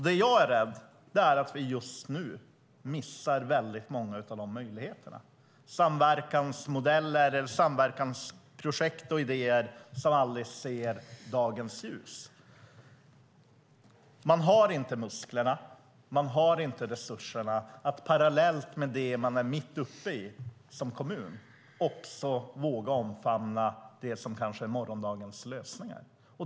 Det jag är rädd för är att vi just nu missar väldigt många av dessa möjligheter, att samverkansmodeller, samverkansprojekt och idéer aldrig ser dagens ljus. Man har inte musklerna och resurserna att parallellt med det man är mitt uppe i som kommun också våga omfamna det som kanske är morgondagens lösningar.